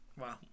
Wow